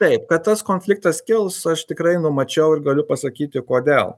taip kad tas konfliktas kils aš tikrai numačiau ir galiu pasakyti kodėl